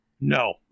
No